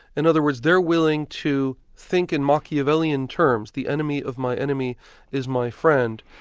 in other words, they're willing to think in machiavellian terms, the enemy of my enemy is my friend,